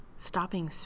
Stopping